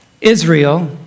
Israel